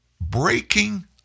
breaking